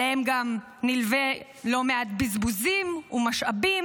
שאליהם גם נלווים לא מעט בזבוזים ומשאבים.